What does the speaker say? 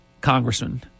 congressman